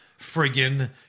friggin